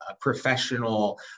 professional